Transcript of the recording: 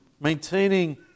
maintaining